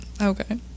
Okay